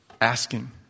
asking